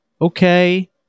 okay